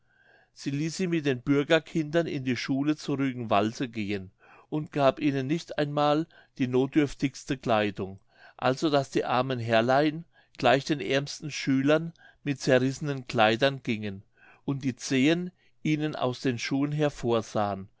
sie ließ sie mit den bürgerkindern in die schule zu rügenwalde gehen und gab ihnen nicht einmal die nothdürftigste kleidung also daß die armen herrlein gleich den ärmsten schülern mit zerrissenen kleidern gingen und die zehen ihnen aus den schuhen hervorsahen